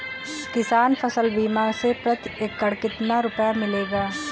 किसान फसल बीमा से प्रति एकड़ कितना रुपया मिलेगा?